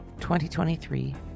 2023